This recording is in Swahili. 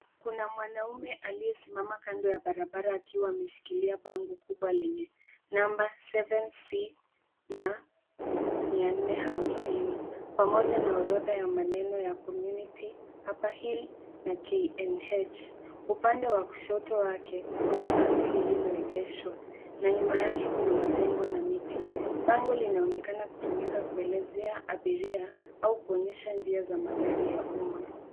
Kuna mwanaume aliyesimama kando ya barabara akiwa ameshikilia bango kubwa lenye namba 7C na 450 pamoja na orodha ya maneno ya community, upperhill na KNH. Upande wa kushoto wake, kuna basi lililoegeshwa na nyuma yake kuna majengo na miti. Bango linaonekana kutumika kuelezea abiria au kuonyesha njia za magari za umma.